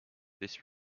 this